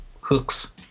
Hooks